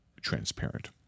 transparent